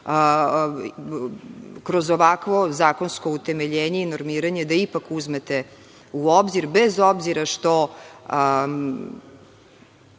kroz ovakvo zakonsko utemeljenje i normiranje da ipak uzmete u obzir, bez obzira što